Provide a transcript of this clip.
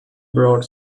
brought